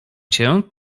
cię